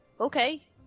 Okay